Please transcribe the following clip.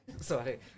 sorry